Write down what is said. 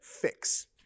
fix